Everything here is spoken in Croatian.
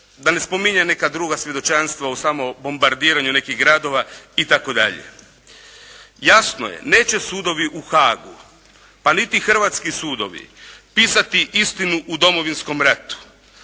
Da ne spominjem neka druga svjedočanstva o samobombardiranju nekih gradova i tako dalje. Jasno je, neće sudovi u Haagu pa niti hrvatski sudovi pisati istinu o Domovinskom ratu.